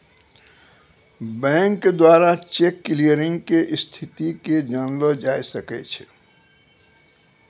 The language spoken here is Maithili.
बैंक द्वारा चेक क्लियरिंग के स्थिति के जानलो जाय सकै छै